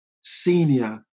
senior